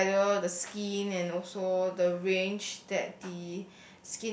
develop all the skin and also the range that the